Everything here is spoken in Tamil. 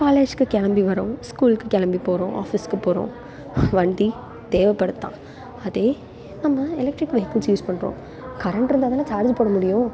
காலேஜுக்கு கிளம்பி வர்றோம் ஸ்கூலுக்கு கிளம்பிப் போகிறோம் ஆஃபீஸுக்கு போகிறோம் வண்டி தேவைப்படும் தான் அதே நம்ம எலக்ட்ரிக்கல் வெஹிக்கிள்ஸ் யூஸ் பண்ணுறோம் கரண்ட் இருந்தால் தானே சார்ஜ் போட முடியும்